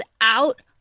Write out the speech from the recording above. out